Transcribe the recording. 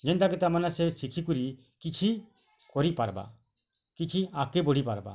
ଯେନ୍ତାକି ତାମାନେ ସେ ଶିଖି କରି କିଛି କରି ପାର୍ବା କିଛି ଆଗ୍କେ ବଢ଼ି ପାର୍ବା